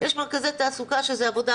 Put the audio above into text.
יש מרכזי תעסוקה שזאת עבודה